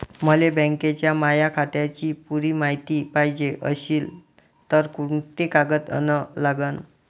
मले बँकेच्या माया खात्याची पुरी मायती पायजे अशील तर कुंते कागद अन लागन?